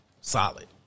Solid